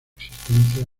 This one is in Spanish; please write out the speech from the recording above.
existencia